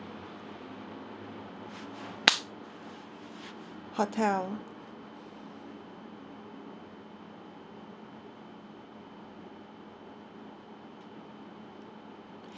hotel